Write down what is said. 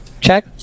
check